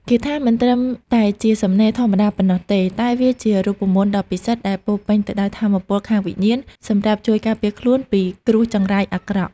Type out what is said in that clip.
គាថាមិនត្រឹមតែជាសំណេរធម្មតាប៉ុណ្ណោះទេ តែវាជារូបមន្តដ៏ពិសិដ្ឋដែលពោរពេញទៅដោយថាមពលខាងវិញ្ញាណសម្រាប់ជួយការពារខ្លួនពីគ្រោះចង្រៃអាក្រក់។